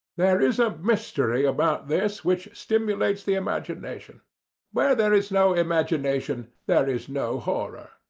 there is a mystery about this which stimulates the imagination where there is no imagination there is no horror.